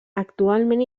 actualment